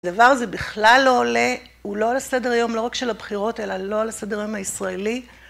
הדבר הזה בכלל לא עולה, הוא לא על הסדר יום, לא רק של הבחירות, אלא לא על הסדר היום הישראלי.